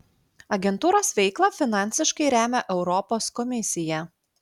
agentūros veiklą finansiškai remia europos komisija